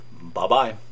Bye-bye